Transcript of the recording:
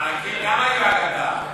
מענקים גם היה אגדה.